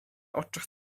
oczach